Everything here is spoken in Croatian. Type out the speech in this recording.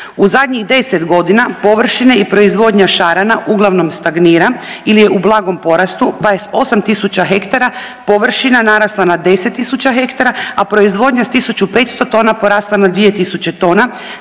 U zadnjih 10 godina, površine i proizvodnja šarana uglavnom stagnira ili je u blagom porastu pa je s 8 tisuća hektara površina narasla na 10 tisuća hektara, a proizvodnja s 1500 tona porasla na 2 tisuće tona,